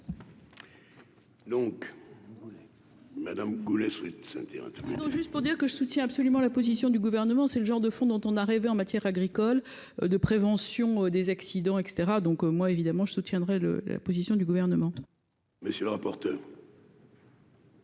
Donc Madame Goulet sweats indirectement. Faut dire que je soutiens absolument la position du gouvernement, c'est le genre de fond dont on a rêvé en matière agricole de prévention des accidents, et cetera, donc moi évidemment je soutiendrai le la position du gouvernement. Monsieur le rapporteur.